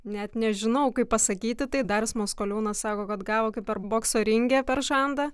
net nežinau kaip pasakyti tai darius maskoliūnas sako kad gavo kaip per bokso ringe per žandą